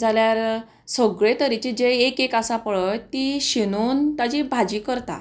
जाल्यार सगळे तरेचे जे एक एक आसा पळय ती शिनून ताजी भाजी करता